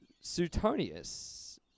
Suetonius